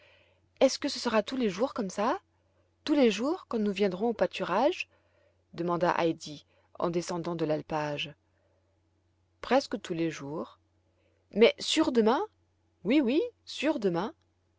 est-ce que ce sera tous les jours comme ça tous les jours quand nous viendrons au pâturage demanda heidi en descendant de l'alpage presque tous les jours mais sûr demain oui oui sûr demain